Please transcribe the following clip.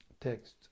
Text